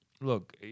look